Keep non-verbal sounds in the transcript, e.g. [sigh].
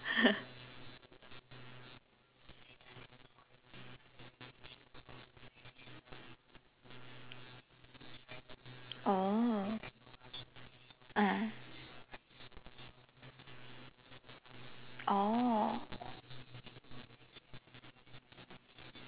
[laughs] oh ah oh